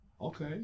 Okay